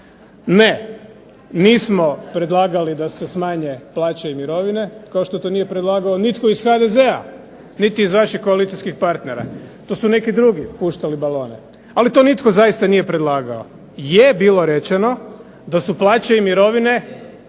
Ne, nismo predlagali da se smanje plaće i mirovine, kao što to nije predlagao nitko iz HDZ-a niti iz vaših koalicijskih partnera. To su neki drugi puštali balone. Ali to zaista nitko nije predlagao. Je bilo rečeno da su plaće i mirovine